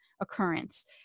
occurrence